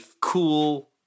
cool